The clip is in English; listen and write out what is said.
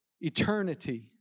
eternity